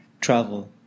travel